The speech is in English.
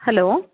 hello